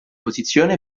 posizione